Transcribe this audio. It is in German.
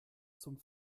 zum